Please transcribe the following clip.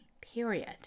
period